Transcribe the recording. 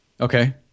Okay